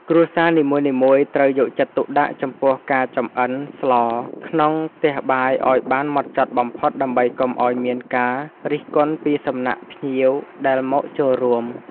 គ្រួសារនីមួយៗត្រូវយកចិត្តទុកដាក់ចំពោះការចម្អិនស្លក្នុងផ្ទះបាយឱ្យបានហ្មត់ចត់បំផុតដើម្បីកុំឱ្យមានការរិះគន់ពីសំណាក់ភ្ញៀវដែលមកចូលរួម។